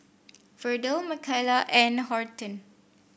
Verdell Michaela and Horton